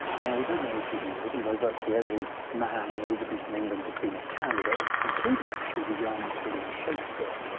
now, we don't know who he is, although virtually every man in elizabethan england has been a candidate, including, actually, the young william shakespeare.